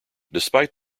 despite